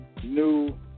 New